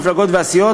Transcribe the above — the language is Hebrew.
המפלגות והסיעות,